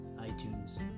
itunes